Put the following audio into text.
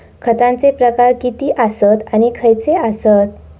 खतांचे प्रकार किती आसत आणि खैचे आसत?